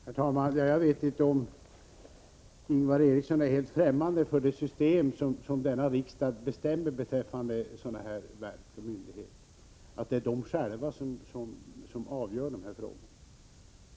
Herr talman! Jag vet inte om Ingvar Eriksson möjligen är helt fftämmande för det system som riksdagen har bestämt skall gälla för olika verk och myndigheter, dvs. att det är myndigheterna själva som skall avgöra frågor av det här slaget.